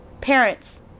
parents